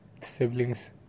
siblings